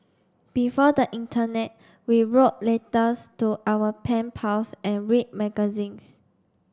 before the internet we wrote letters to our pen pals and read magazines